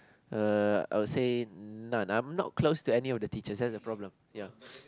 err I would say none I'm not close to any of the teacher that's the problem ya